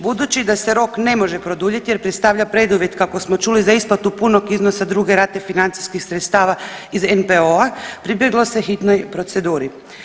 Budući da se rok ne može produljiti jer predstavlja preduvjet kako smo čuli za isplatu punog iznosa druge rate financijskih sredstava iz NPOO-a pribjeglo se hitnoj proceduri.